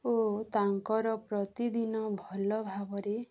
ଓ ତାଙ୍କର ପ୍ରତିଦିନ ଭଲ ଭାବରେ